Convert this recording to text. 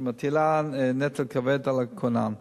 שמטילה נטל כבד על הכונן,